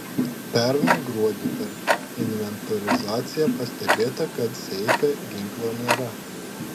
pernai gruodį per inventorizaciją pastebėta kad seife ginklo nėra